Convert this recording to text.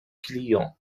clients